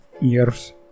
years